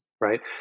Right